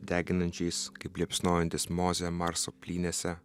deginančiais kaip liepsnojantis mozė marso plynėse